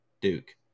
Duke